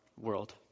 world